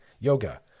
Yoga